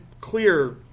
clear